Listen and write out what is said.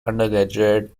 undergraduate